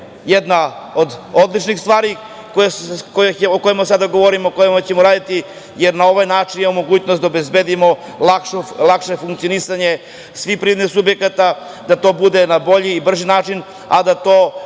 jedna od odličnih stvari o kojima sada govorimo, o kojima ćemo raditi, jer na ovaj način imamo mogućnost da obezbedimo lakše funkcionisanje svih privrednih subjekata, da to bude na bolji i brži način, a da to